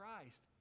Christ